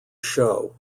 show